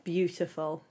Beautiful